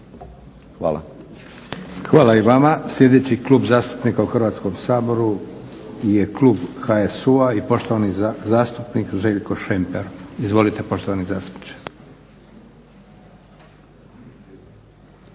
(SDP)** Hvala i vama. Sljedeći klub zastupnika u Hrvatskom saboru je klub HSU-a i poštovani zastupnik Željko Šemper. Izvolite poštovani zastupniče.